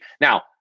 Now